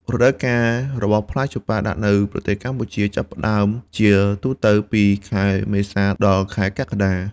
រដូវកាលរបស់ផ្លែចម្ប៉ាដាក់នៅប្រទេសកម្ពុជាចាប់ផ្តើមជាទូទៅពី ខែមេសា ដល់ខែកក្កដា ។